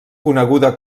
coneguda